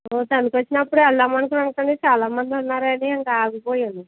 ఒ సంధికి వచ్చినప్పుడు వెళ్దాం అనుకున్నా కానీ చాలామంది ఉన్నారని ఇంకా ఆగిపోయాను